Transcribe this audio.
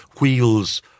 wheels